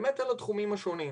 באמת על התחומים השונים: